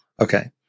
Okay